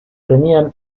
tenían